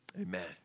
amen